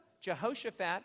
jehoshaphat